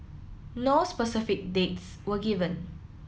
no specific dates were given